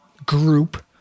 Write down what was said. Group